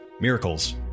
miracles